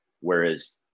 whereas